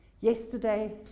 yesterday